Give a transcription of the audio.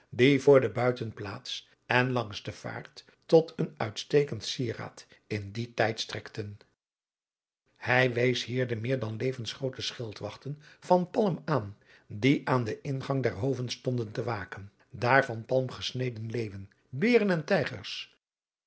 voor de buitenplaats en langs de vaart tot een uitstekend sieraad in dien tijd strekten hij wees hier de meer dan levensgroote schildwachten van palm aan die aan den ingang der hoven stonden te waken daar van palm gesneden leeuwen beeren en tijgers